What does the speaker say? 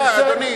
חבר הכנסת חנין.